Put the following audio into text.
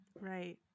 Right